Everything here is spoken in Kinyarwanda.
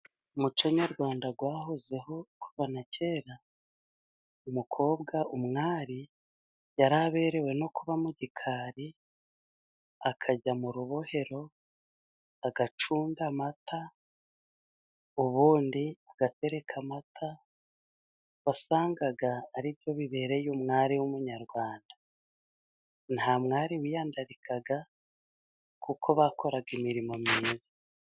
Mu muco nyarwanda wahozeho kuva na kera, umukobwa umwari yari aberewe no kuba mu gikari akajya mu rubohero, agacunda amata ubundi agatereka amata, wasangaga ari byo bibereye umwari w'umunyarwanda, nta mwari wiyandarikaga kuko bakoraga imirimo myiza.